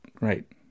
Right